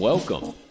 Welcome